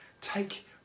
Take